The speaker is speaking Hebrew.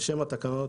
בשם התקנות,